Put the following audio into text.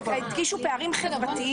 לא, הדגישו את הפערים החברתיים.